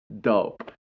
dope